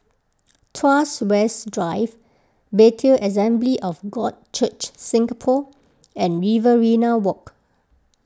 Tuas West Drive Bethel Assembly of God Church Singapore and Riverina Walk